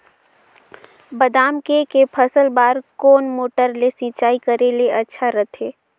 बादाम के के फसल बार कोन मोटर ले सिंचाई करे ले अच्छा रथे?